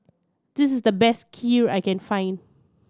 this is the best Kheer I can find